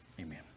Amen